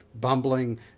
bumbling